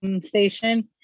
station